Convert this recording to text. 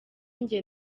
njye